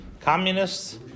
communists